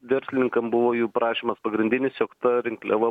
verslininkam buvo jų prašymas pagrindinis jog ta rinkliava